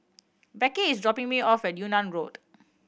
Becky is dropping me off at Yunnan Road